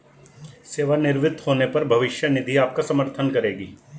सेवानिवृत्त होने पर भविष्य निधि आपका समर्थन करेगी